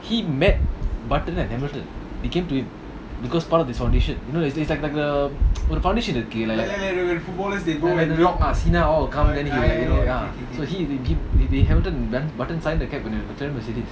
he met and hamilton they came to him because part of this foundation you know it's it's like like the foundation இருக்குல்ல:irukula then he like you know mercedes